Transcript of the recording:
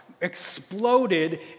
exploded